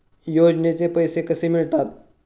योजनेचे पैसे कसे मिळतात?